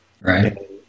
Right